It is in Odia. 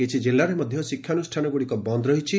କିଛି ଜିଲ୍ଲାରେ ଶିକ୍ଷାନୁଷ୍ଠାନଗୁଡ଼ିକ ବନ୍ଦ ରହିଛି